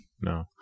No